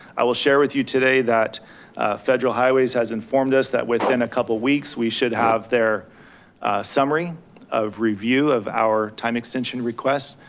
i will share with you today that federal highways has informed us that within a couple of weeks, we should have their summary of review of our time extension requests,